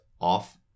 off